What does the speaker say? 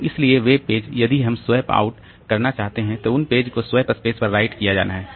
तो इसलिए वे पेज यदि हम स्वैप आउट करना चाहते हैं तो उन पेज को स्वैप स्पेस पर राइट किया जाना है